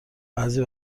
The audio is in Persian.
بعضی